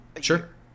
Sure